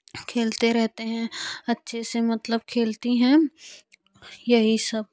खेलते रहते हैं अच्छे से मतलब खेलती हैं यही सब